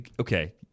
okay